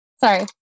Sorry